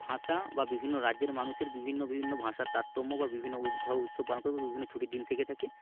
ভাঁষা বা বিভিন্ন রাজ্যের মানুষের বিভিন্ন বিভিন্ন ভাষার তারতম্য বা বিভিন্ন উ ভাবে উৎসব পালন করে বিভিন্ন ছুটির দিন থেকে থাকে